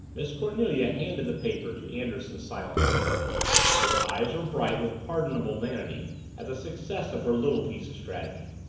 miss cornelia handed the paper to anderson silently but her eyes were bright with pardonable vanity at the success of her little piece of strategy.